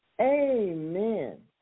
Amen